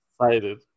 excited